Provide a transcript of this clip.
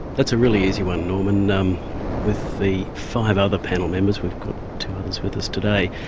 that's a really easy one, norman. um with the five other panel members, we've got two others with us today,